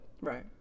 right